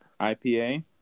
IPA